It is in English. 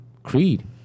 Creed